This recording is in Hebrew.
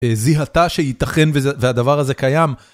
זיהתה שייתכן והדבר הזה קיים.